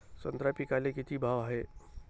संत्रा पिकाले किती भाव हाये?